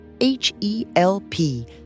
H-E-L-P